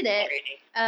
not really